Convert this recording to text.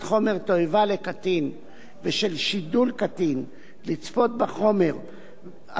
שידול קטין לצפות בחומר התועבה נעשית לשם גירוי,